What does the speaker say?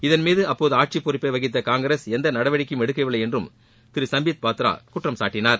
இதன்மீது அப்போது ஆட்சி பொறுப்பை வகித்த காங்கிரஸ் எந்த நடவடிக்கையும் எடுக்கவில்லை என்றும் திரு சம்பீத் பாத்ரா குற்றம் சாட்டினார்